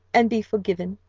and be forgiven.